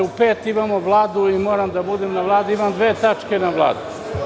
U pet imamo Vladu i moram da budem na Vladi, imam dve tačke na Vladi.